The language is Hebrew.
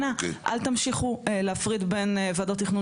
אנא אל תמשיכו להפריד בין ועדות תכנון